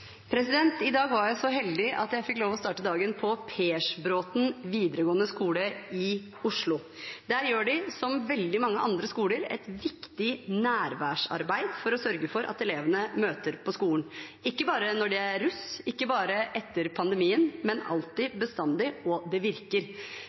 I dag var jeg så heldig at jeg fikk lov til å starte dagen på Persbråten videregående skole i Oslo. Der gjør de, som veldig mange andre skoler, et viktig nærværsarbeid for å sørge for at elevene møter på skolen. Det er ikke bare når de er russ, ikke bare etter pandemien, men alltid,